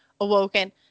awoken